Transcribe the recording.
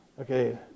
Okay